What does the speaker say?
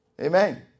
Amen